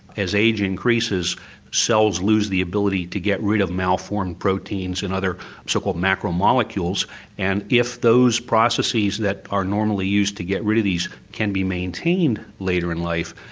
as age increases cells lose the ability to get rid of malformed proteins and other so-called macro-molecules and if those processes that are normally used to get rid of these can be maintained later in life,